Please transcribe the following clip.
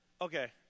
Okay